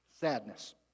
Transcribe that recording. sadness